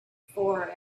for